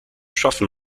schaffen